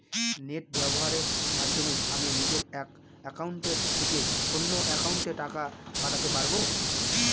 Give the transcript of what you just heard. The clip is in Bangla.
নেট ব্যবহারের মাধ্যমে আমি নিজে এক অ্যাকাউন্টের থেকে অন্য অ্যাকাউন্টে টাকা পাঠাতে পারব?